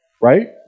Right